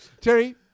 Terry